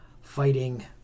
Fighting